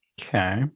okay